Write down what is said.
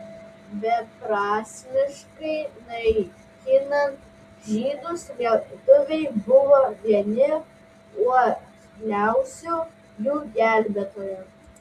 beprasmiškai naikinant žydus lietuviai buvo vieni uoliausių jų gelbėtojų